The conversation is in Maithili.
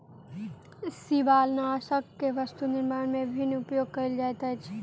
शिवालनाशक के वस्तु निर्माण में विभिन्न उपयोग कयल जाइत अछि